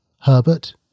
Herbert